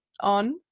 on